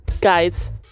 guys